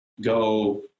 go